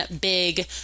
big